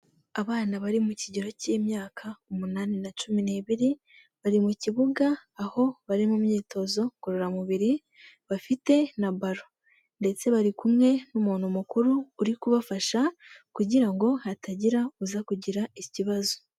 Abana bari mu kigero cy'imyaka umunani na cumi n'ibiri bari mu kibuga aho bari mu myitozo ngororamubiri bafite na ballon ndetse bari kumwe n'umuntu mukuru uri kubafasha kugira ngo hatagira uza kugira ikibazo.